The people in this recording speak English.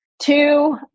Two